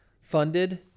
funded